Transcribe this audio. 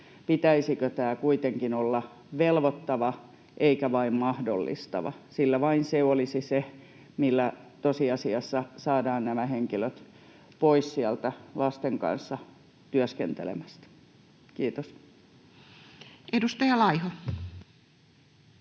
pitäisikö tämän kuitenkin olla velvoittava eikä vain mahdollistava, sillä vain se olisi se, millä tosiasiassa saadaan nämä henkilöt pois lasten kanssa työskentelemästä. — Kiitos. Edustaja Laiho.